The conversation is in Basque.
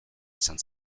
izan